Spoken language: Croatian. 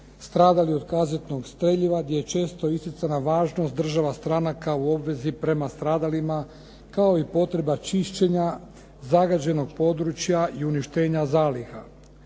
stradalih od kazetnog streljiva gdje je često isticana važnost država stranaka u obvezi prema stradalima kao i potreba čišćenja zagađenog područja i uništenja zaliha.